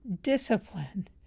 discipline